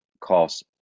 cost